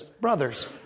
brothers